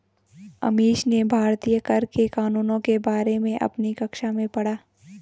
अमीश ने भारतीय कर के कानूनों के बारे में अपनी कक्षा में पढ़ा